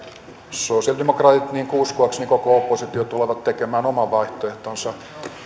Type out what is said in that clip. sosialidemokraatit niin kuin uskoakseni koko oppositio tulee tekemään oman vaihtoehtonsa